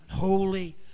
holy